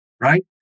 right